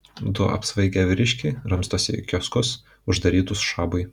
du apsvaigę vyriškiai ramstosi į kioskus uždarytus šabui